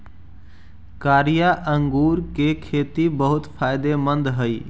कारिया अंगूर के खेती बहुत फायदेमंद हई